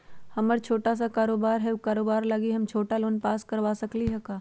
हमर छोटा सा कारोबार है उ कारोबार लागी हम छोटा लोन पास करवा सकली ह?